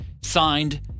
Signed